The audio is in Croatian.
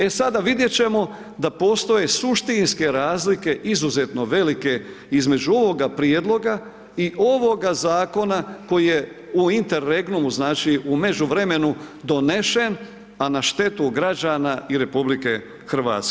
E sada vidjeti ćemo da postoje suštinske razlike, izuzetno velike, između ovog prijedloga i ovoga zakona, koji je u interregnumu znači u međuvremenu donesen a na štetu građana i RH.